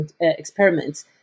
experiments